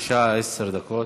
בבקשה, עשר דקות.